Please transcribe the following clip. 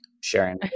sharing